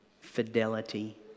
Fidelity